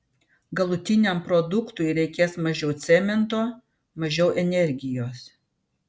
galutiniam produktui reikės mažiau cemento mažiau energijos